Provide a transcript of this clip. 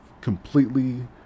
completely